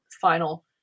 final